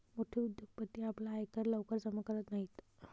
मोठे उद्योगपती आपला आयकर लवकर जमा करत नाहीत